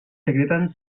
secreten